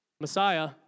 Messiah